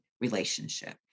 relationship